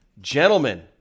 Gentlemen